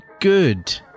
Good